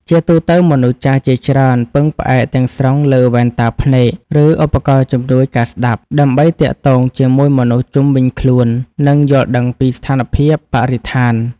ជាទូទៅ មនុស្សចាស់ជាច្រើនពឹងផ្អែកទាំងស្រុងលើវ៉ែនតាភ្នែក ឬឧបករណ៍ជំនួយការស្ដាប់ ដើម្បីទាក់ទងជាមួយមនុស្សជុំវិញខ្លួន និងយល់ដឹងពីស្ថានភាពបរិស្ថាន។